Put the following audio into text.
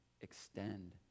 extend